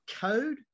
code